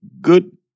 good